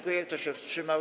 Kto się wstrzymał?